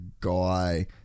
guy